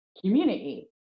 community